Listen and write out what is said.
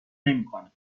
نمیکنه